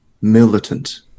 militant